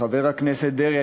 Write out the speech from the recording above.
חבר הכנסת דרעי,